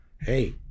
hey